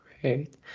Great